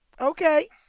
okay